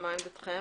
מה עמדתכם,